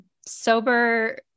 sober